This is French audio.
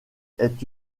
est